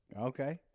okay